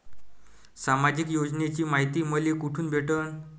सामाजिक योजनेची मायती मले कोठून भेटनं?